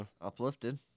uplifted